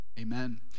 amen